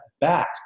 back